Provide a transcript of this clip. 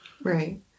Right